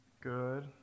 Good